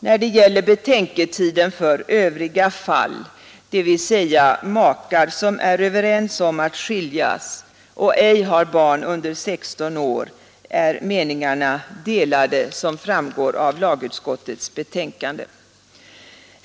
När det gäller betänketiden för övriga fall, dvs. makar som är överens om att skiljas och ej har barn under 16 år, är meningarna delade, som framgår av lagutskottets betänkande.